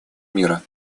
мира